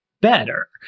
better